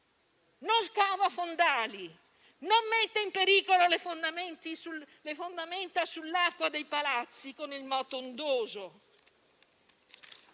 non scava fondali, non mette in pericolo le fondamenta sull'acqua dei palazzi con il moto ondoso,